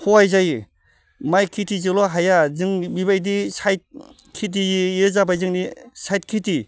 सहाय जायो माइ खिथिजोल' हाया जों बिबायदि साइड खिथि इयो जाबाय जोंनि साइड खिथि